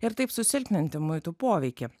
ir taip susilpninti muitų poveikį